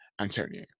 Antonio